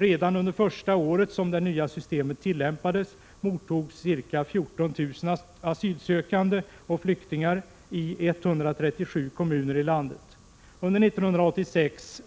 Redan under det första året som det nya systemet tillämpades mottogs ca 14 000 asylsökande och flyktingar i 137 kommuner i landet. Under 1986